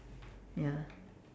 ya